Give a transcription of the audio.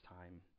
time